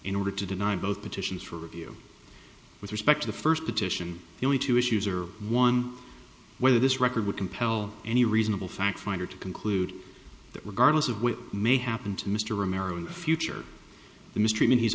in order to deny both petitions for review with respect to the first petition the only two issues are one whether this record would compel any reasonable fact finder to conclude that regardless of what may happen to mr romero in the future the mistreatment he's